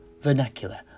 vernacular